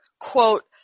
quote